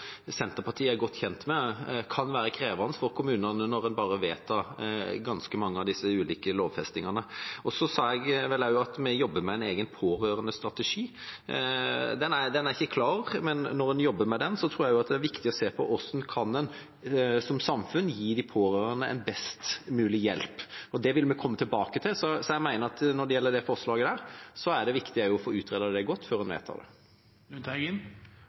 Senterpartiet er godt kjent med at det kan være krevende for kommunene når en bare vedtar ganske mange av disse ulike lovfestingene. Jeg sa vel også at vi jobber med en egen pårørendestrategi. Den er ikke klar, men når en jobber med den, tror jeg det er viktig at en ser på hvordan en som samfunn kan gi de pårørende best mulig hjelp. Det vil vi komme tilbake til. Så når det gjelder det forslaget, er det viktig å få det utredet godt før en vedtar det.